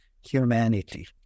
humanity